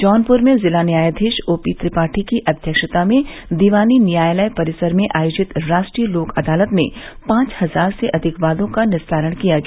जौनपुर में जिला न्यायाधीश ओपी त्रिपाठी की अध्यक्षता में दीवानी न्यायालय परिसर में आयोजित रा ट्रीय लोक अदालत में पांच हजार से अधिक वादों का निस्तारण किया गया